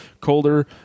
colder